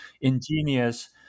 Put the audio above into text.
ingenious